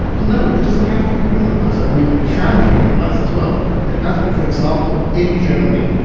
no. it doesn't have to be criminalised. like i mean it can be criminalised as well. it has been, for example, in germany,